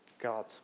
God